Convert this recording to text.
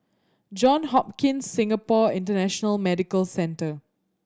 Johns Hopkins Singapore International Medical Centre